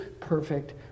perfect